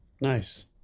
Nice